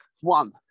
one